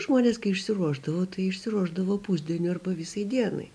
žmonės kai išsiruošdavo tai išsiruošdavo pusdieniui arba visai dienai